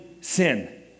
sin